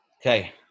Okay